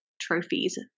trophies